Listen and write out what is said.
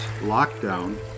lockdown